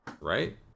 Right